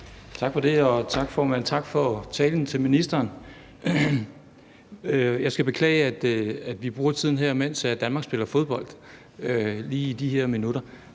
Tak for det, formand, og tak til ministeren for talen. Jeg skal beklage, at vi bruger tiden her, mens Danmark spiller fodbold lige i de her minutter.